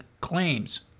claims